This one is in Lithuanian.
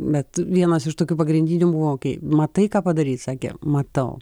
bet vienas iš tokių pagrindinių buvo okėj matai ką padarei sakė matau